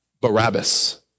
Barabbas